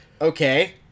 okay